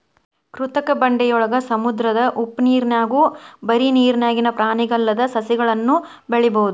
ಕೃತಕ ಬಂಡೆಯೊಳಗ, ಸಮುದ್ರದ ಉಪ್ಪನೇರ್ನ್ಯಾಗು ಬರಿ ನೇರಿನ್ಯಾಗಿನ ಪ್ರಾಣಿಗಲ್ಲದ ಜಲಸಸಿಗಳನ್ನು ಬೆಳಿಬೊದು